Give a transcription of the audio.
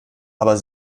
aber